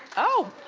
oh!